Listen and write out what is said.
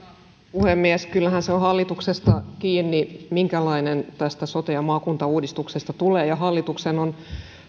puhemies kyllähän se on hallituksesta kiinni minkälainen tästä sote ja maakuntauudistuksesta tulee ja hallituksen on